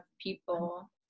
people